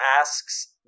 asks